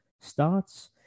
STARTS